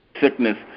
Sickness